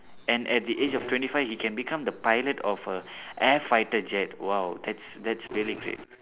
and at the age of twenty five he can become the pilot of a air fighter jet !wow! that's that's really great